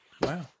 Wow